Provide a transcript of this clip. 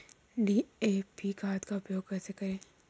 DAP खाद का उपयोग कैसे करें?